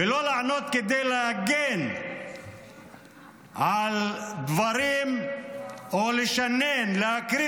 ולא לענות כדי להגן על דברים או לשנן ולהקריא